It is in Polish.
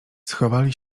schowali